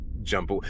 jump